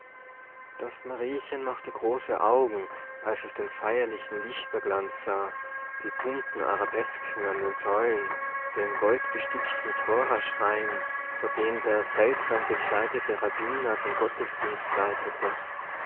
das mariechen machte große augen als es den feierlichen lichterglanz sah die bunten arabesken an den säulen den goldbestickten thoraschrein vor dem der seltsam gekleidete rabbiner den gottesdienst leitete